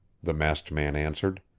the masked man answered.